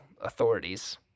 authorities